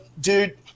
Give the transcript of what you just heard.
dude